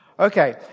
Okay